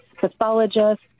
pathologists